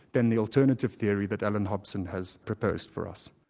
than the alternative theory that allan hobson has proposed for us.